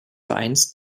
vereins